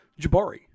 Jabari